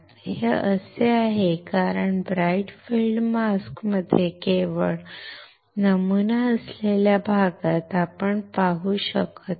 हे असे आहे कारण ब्राइट फील्ड मास्क मध्ये केवळ नमुना असलेल्या भागात आपण पाहू शकत नाही